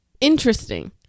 Interesting